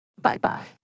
Bye-bye